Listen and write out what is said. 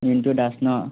মিন্টু দাস নহ্